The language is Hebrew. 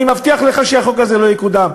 אני מבטיח לך שהחוק הזה לא יקודם.